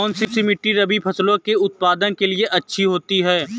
कौनसी मिट्टी रबी फसलों के उत्पादन के लिए अच्छी होती है?